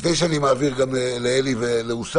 לפני שאני מעביר את רשות הדיבור גם לאלי ולאוסאמה,